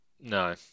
No